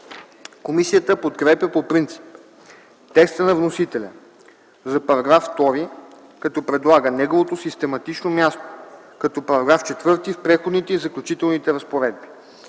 Комисията подкрепя по принцип текста на вносителя за § 2, като предлага неговото систематично място да е в Преходните и заключителните разпоредби